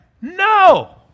No